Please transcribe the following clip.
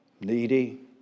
Needy